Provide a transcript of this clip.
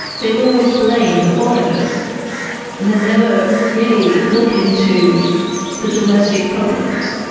they always blame the foreigners and they never really look into the domestic problems.